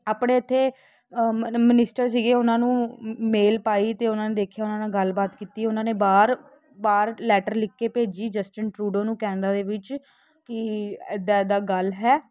ਆਪਣੇ ਇੱਥੇ ਮਨ ਮਨਿਸਟਰ ਸੀਗੇ ਉਹਨਾਂ ਨੂੰ ਮੇਲ ਪਾਈ ਅਤੇ ਉਹਨਾਂ ਨੇ ਦੇਖਿਆ ਉਹਨਾਂ ਨਾਲ ਗੱਲਬਾਤ ਕੀਤੀ ਉਹਨਾਂ ਨੇ ਬਾਹਰ ਬਾਹਰ ਲੈਟਰ ਲਿਖ ਕੇ ਭੇਜੀ ਜਸਟਿਨ ਟਰੂਡੋ ਨੂੰ ਕੈਨੇਡਾ ਦੇ ਵਿੱਚ ਕਿ ਇੱਦਾਂ ਇੱਦਾਂ ਗੱਲ ਹੈ